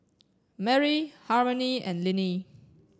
Merri Harmony and Linnie